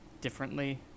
differently